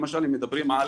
למשל הם מדברים על